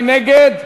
מי נגד?